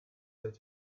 dal